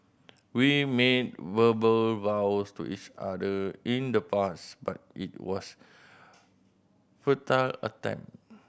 we made verbal vows to each other in the past but it was futile attempt